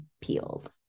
peeled